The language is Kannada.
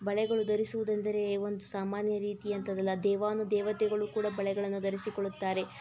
ಬಳೆಗಳು ಧರಿಸುವುದೆಂದರೆ ಒಂದು ಸಾಮಾನ್ಯ ರೀತಿಯಂಥದ್ದಲ್ಲ ದೇವಾನು ದೇವತೆಗಳು ಕೂಡ ಬಳೆಗಳನ್ನು ಧರಿಸಿಕೊಳ್ಳುತ್ತಾರೆ